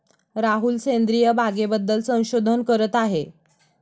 राहुल सेंद्रिय बागेबद्दल संशोधन करत आहे